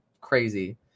crazy